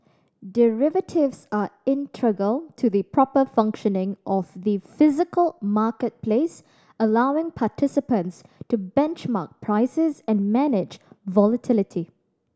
derivatives are integral to the proper functioning of the physical marketplace allowing participants to benchmark prices and manage volatility